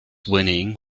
whinnying